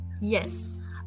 Yes